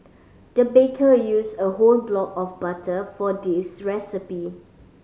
the baker used a whole block of butter for this recipe